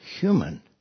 human